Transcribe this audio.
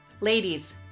Ladies